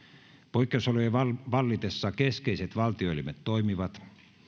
poikkeusolojen vallitessa keskeiset valtioelimet toimivat